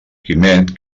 quimet